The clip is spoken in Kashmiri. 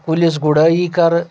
کُلِس گُڑٲیی کَرٕ